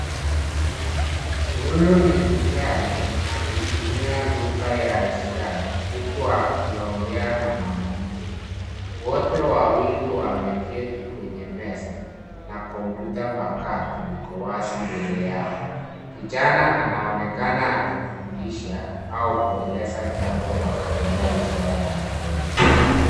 Huyu ni kijana akitumia lugha ya ishara huku wakiongea na mwanamke, wote wawili wameketi kwenye meza na kompyuta mpakato iko wazi mbele yao. Kijana anaonekana akifundisha au kueleza jambo kwa kutumia ishara ya mkono.